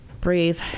breathe